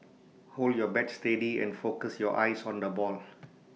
hold your bat steady and focus your eyes on the ball